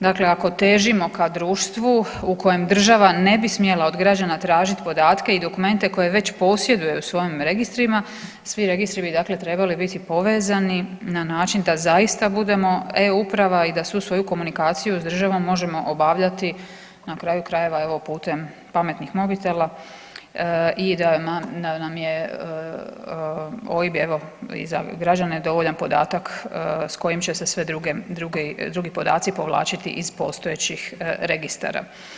Dakle, ako težimo ka društvu u kojem država ne bi smjela od građana tražiti podatke i dokumente koje već posjeduje u svojim registrima, svi registri bi dakle trebali biti povezani na način da zaista budemo e-uprava i da svu svoju komunikaciju s državom možemo obavljati na kraju krajeva evo putem pametnih mobitela i da nam je OIB i za građane dovoljan podatak s kojim će se sve drugi podaci povlačiti iz postojećih registara.